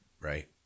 Right